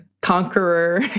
conqueror